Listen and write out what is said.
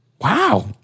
Wow